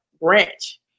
branch